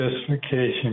justification